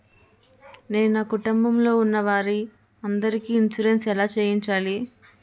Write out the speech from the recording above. నేను నా కుటుంబం లొ ఉన్న వారి అందరికి ఇన్సురెన్స్ ఎలా చేయించాలి?